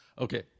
Okay